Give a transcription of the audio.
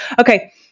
Okay